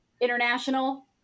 international